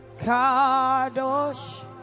Kadosh